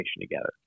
together